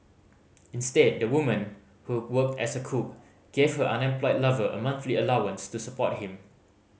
instead the woman who worked as a cook gave her unemployed lover a monthly allowance to support him